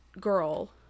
girl